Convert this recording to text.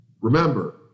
Remember